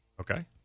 Okay